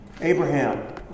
Abraham